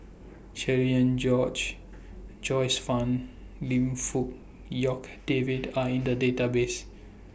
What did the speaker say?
Cherian George Joyce fan Lim Fong Jock David Are in The Database